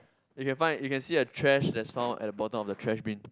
you can find you can see a trash that's found at the bottom of the trash bin